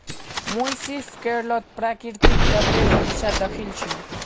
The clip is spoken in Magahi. मुई सिर्फ केरलत प्राकृतिक रबरेर बगीचा दखिल छि